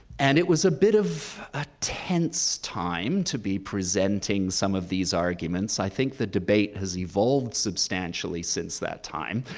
and it was a bit of a tense time to be presenting some of these arguments. i think the debate has evolved substantially since that time,